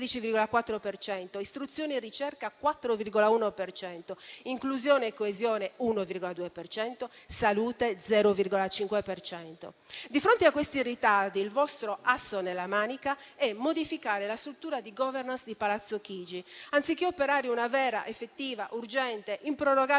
Di fronte a questi ritardi il vostro asso nella manica è modificare la struttura di *governance* di Palazzo Chigi, anziché operare una vera, effettiva, urgente, improrogabile